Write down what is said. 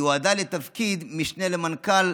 יועדה לתפקיד משנה למנכ"ל.